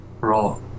roll